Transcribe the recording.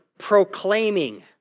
Proclaiming